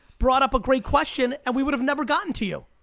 brought up a great question, and we would have never gotten to you.